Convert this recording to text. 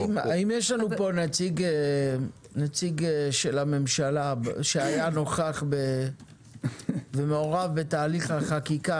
האם יש פה נציג של הממשלה שהיה נוכח ומעורב בתהליך החקיקה?